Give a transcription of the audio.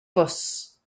fws